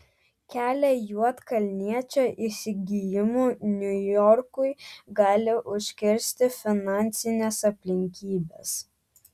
kelią juodkalniečio įsigijimui niujorkui gali užkirsti finansinės aplinkybės